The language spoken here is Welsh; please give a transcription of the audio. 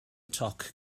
toc